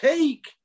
Take